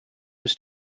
was